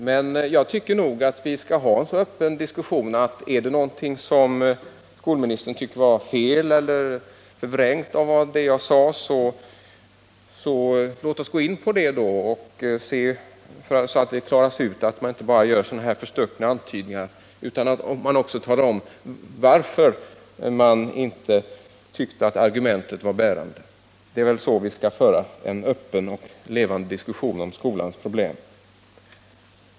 Men jag tycker att vi skall ha en så öppen diskussion att om det är någonting som skolministern anser vara fel eller förvrängt av det jag sade, så bör vi gå in på det och se till att det klaras ut. Jag tycker att man inte bara skall göra sådana här förstuckna antydningar utan att man också skall tala om varför man inte ansåg att argumentet var bärande. Det är väl så vi skall föra en öppen och levande diskussion om skolans problem.